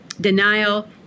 denial